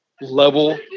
Level